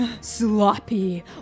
sloppy